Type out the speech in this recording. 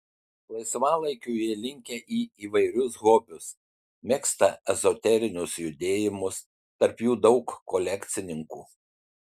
laisvalaikiu jie linkę į įvairius hobius mėgsta ezoterinius judėjimus tarp jų daug kolekcininkų